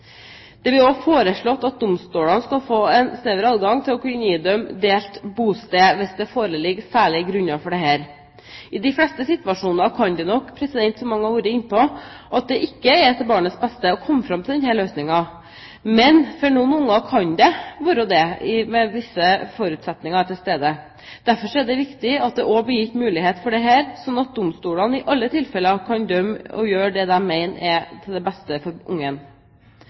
foreslått at domstolene skal få en større adgang til å idømme delt bosted hvis det foreligger særlige grunner for det. I de fleste situasjoner kan det nok være – som mange har vært inne på – at det ikke er til barnets beste å komme fram til denne løsningen, men for noen barn kan det være det hvis visse forutsetninger er til stede. Derfor er det viktig at det også blir gitt mulighet for dette, slik at domstolene i alle tilfeller kan dømme og gjøre det de mener er det beste for